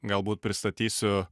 galbūt pristatysiu